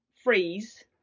freeze